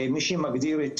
מי שמגדיר את